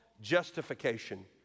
justification